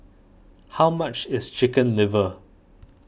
how much is Chicken Liver